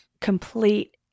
complete